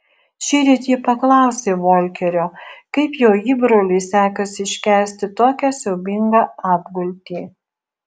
šįryt ji paklausė volkerio kaip jo įbroliui sekasi iškęsti tokią siaubingą apgultį